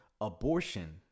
abortion